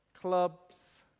clubs